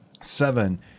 seven